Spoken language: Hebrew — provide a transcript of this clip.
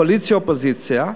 קואליציה אופוזיציה,